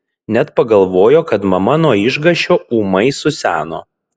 net pagalvojo kad mama nuo išgąsčio ūmai suseno